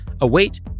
await